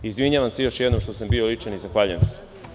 Izvinjavam se još jednom što sam bio ličan i zahvaljujem se.